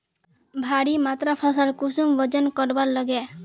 भारी मात्रा फसल कुंसम वजन करवार लगे?